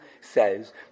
says